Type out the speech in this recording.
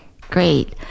Great